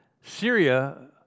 Syria